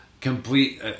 complete